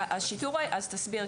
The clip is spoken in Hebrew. אז תסביר,